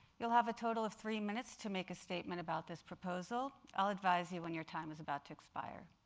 you'll have a total of three minutes to make a statement about this proposal i'll advise you when your time is about to expire.